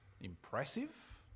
impressive